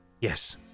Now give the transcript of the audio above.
Yes